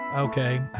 okay